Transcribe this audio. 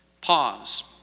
Pause